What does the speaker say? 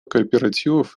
кооперативов